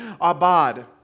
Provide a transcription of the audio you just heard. abad